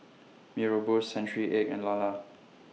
Mee Rebus Century Egg and Lala